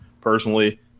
personally